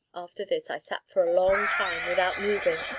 after this i sat for a long time without, moving,